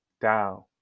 down